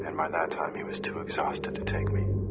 and by that time, he was too exhausted to take me.